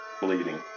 bleeding